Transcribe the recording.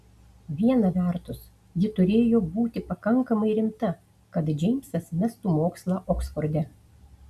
viena vertus ji turėjo būti pakankamai rimta kad džeimsas mestų mokslą oksforde